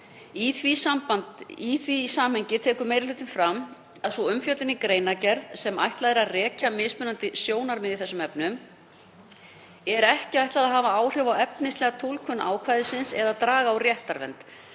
Í því samhengi tekur meiri hlutinn fram að þeirri umfjöllun í greinargerð sem ætlað er að rekja mismunandi sjónarmið í þessum efnum er ekki ætlað að hafa áhrif á efnislega túlkun ákvæðisins eða draga úr réttarvernd,